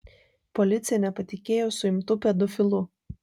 policija nepatikėjo suimtu pedofilu